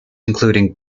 including